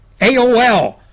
AOL